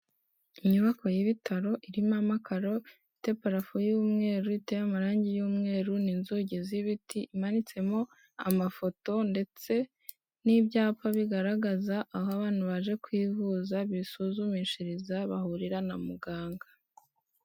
Inyubako y'ibitaro irimo amakaro, ifite parafo y'umweru iteye amarange y'umweru n'inzugi z'ibiti, imanitsemo amafoto ndetse n'ibyapa bigaragaza aho abantu baje kwivuza bisuzumishiriza bahurira na muganga.